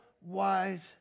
wise